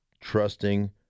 trusting